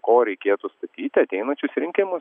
ko reikėtų statyt į ateinančius rinkimus